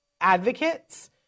advocates